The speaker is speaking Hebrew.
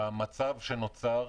במצב שנוצר,